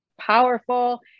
powerful